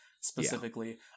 specifically